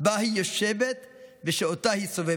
שבה היא יושבת ושאותה היא סובבת.